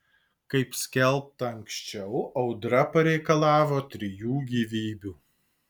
kaip skelbta anksčiau audra pareikalavo trijų gyvybių